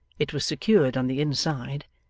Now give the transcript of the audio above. it was secured on the inside,